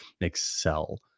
excel